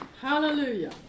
Hallelujah